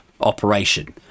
operation